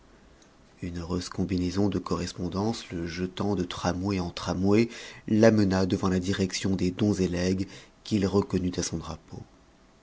une heureuse combinaison de correspondances le jetant de tramway en tramway l'amena devant la direction des dons et legs qu'il reconnut à son drapeau